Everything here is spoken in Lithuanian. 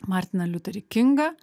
martiną liuterį kingą